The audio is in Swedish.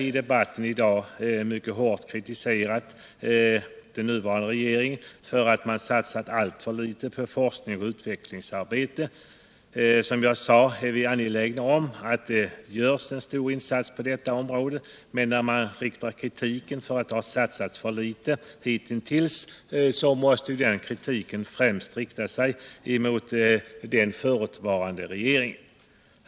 I debatten i dag har den nuvarande regeringen kritiserats mycket hårt för att den satsar alltför litet på forskningsoch utvecklingsarbete. Som jag tidigare sagt är vi angelägna om att det görs stora insatser på detta område. Och när det riktas kritik mot att det satsats för litet hittills måste den kritiken främst riktas mot den förutvarande regeringen.